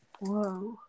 Whoa